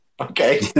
Okay